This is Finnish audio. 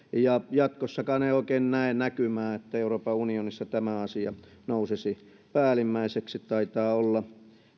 jatkossakaan en oikein näe näkymää että euroopan unionissa tämä asia nousisi päällimmäiseksi taitaa olla